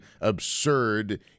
absurd